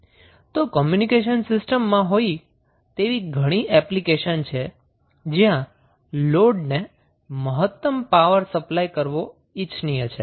તો communication system માં હોય તેવી ઘણી એપ્લિકેશન છે જ્યાં લોડને મહત્તમ પાવર સપ્લાય કરવો ઇચ્છનીય છે